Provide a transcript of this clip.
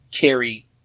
carry